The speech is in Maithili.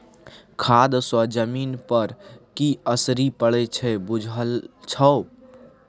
खाद सँ जमीन पर की असरि पड़य छै बुझल छौ